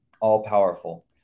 all-powerful